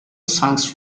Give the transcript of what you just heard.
songs